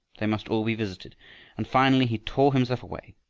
they must all be visited and finally he tore himself away,